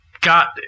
got